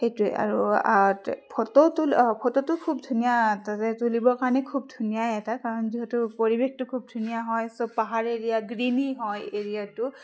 সেইটোৱে আৰু ফটো ফটোতো খুব ধুনীয়া তাতে তুলিবৰ কাৰণে খুব ধুনীয়াই এটা কাৰণ যিহেতু পৰিৱেশটো খুব ধুনীয়া হয় চব পাহাৰ এৰিয়া গ্ৰীনি হয় এৰিয়াটো